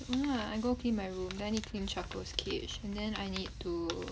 no lah I go clean my room then I need clean charcoal's cage and then I need to